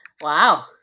wow